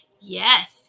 Yes